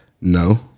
No